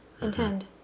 intend